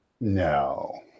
No